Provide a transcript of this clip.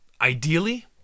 ideally